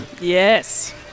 Yes